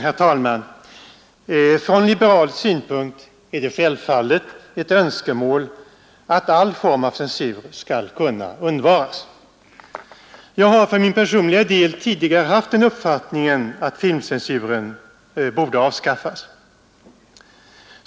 Herr talman! Från liberal synpunkt är det självfallet ett önskemål att alla former av censur kan undvaras. Jag har för min personliga del tidigare haft den uppfattningen, att filmcensuren borde avskaffas.